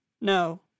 no